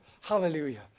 Hallelujah